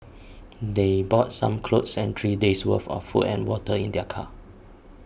they brought some clothes and three days' worth of food and water in their car